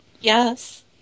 Yes